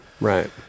right